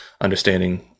understanding